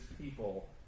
people